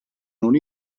non